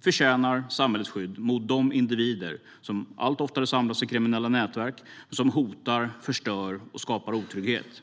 förtjänar samhällets skydd mot de individer som allt oftare samlas i kriminella nätverk som hotar, förstör och skapar otrygghet.